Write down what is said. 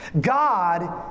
God